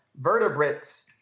vertebrates